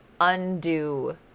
undo